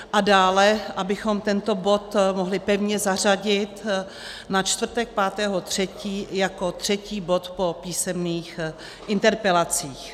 A dále, abychom tento bod mohli pevně zařadit na čtvrtek 5. 3. jako třetí bod po písemných interpelacích.